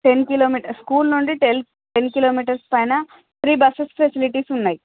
ten kilometres school నుండి టెల్ ten kilometres పైన త్రీ బస్సెస్ ఫెసిలిటీస్ ఉన్నాయి